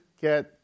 get